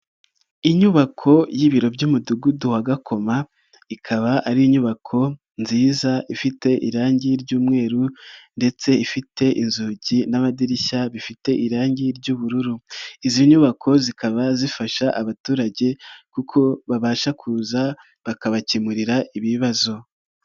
Inyubako y'ibiro by'Umudugudu wa Gakoma ikaba ari inyubako nziza ifite irangi ry'umweru ndetse ifite inzugi n'amadirishya bifite irangi ry'ubururu, izi nyubako zikaba zifasha abaturage kuko babasha kuza bakabakemurira ibibazo.